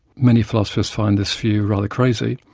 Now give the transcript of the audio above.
many philosophers find this view rather crazy,